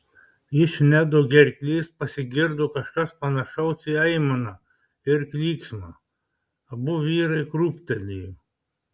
iš nedo gerklės pasigirdo kažkas panašaus į aimaną ir klyksmą abu vyrai krūptelėjo